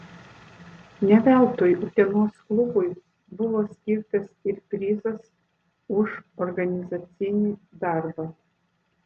ne veltui utenos klubui buvo skirtas ir prizas už organizacinį darbą